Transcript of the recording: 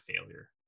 failure